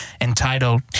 entitled